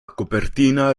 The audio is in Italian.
copertina